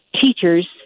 teachers